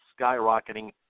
skyrocketing